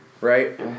right